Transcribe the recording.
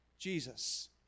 Jesus